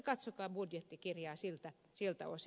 katsokaa budjettikirjaa siltä osin